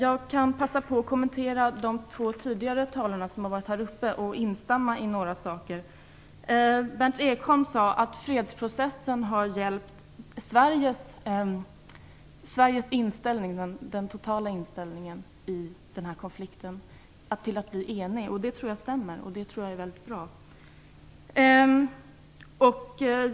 Jag vill passa på att kommentera vad de två tidigare talarna har sagt och instämma i några saker. Berndt Ekholm sade att fredsprocessen har hjälpt till att ena den totala inställningen i Sverige när det gäller den här konflikten. Jag tror att det stämmer. Det är mycket bra.